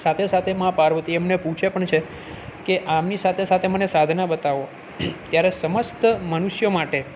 સાથે સાથે મા પાર્વતી એમને પૂછે પણ છે કે આમની સાથે સાથે મને સાધના બતાવો ત્યારે સમસ્ત મનુષ્ય માટે